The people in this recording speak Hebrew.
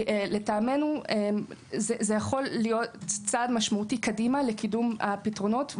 לדעתנו זה יכול להיות צעד משמעותי קדימה לקידום הפתרונות.